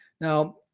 Now